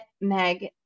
Meg